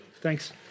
Thanks